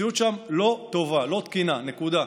המציאות שם לא טובה, לא תקינה, נקודה.